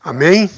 Amém